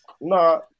No